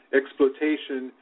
exploitation